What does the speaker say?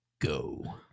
go